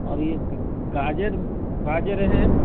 اور یہ گاجر گاجر ہے